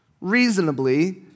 reasonably